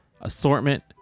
assortment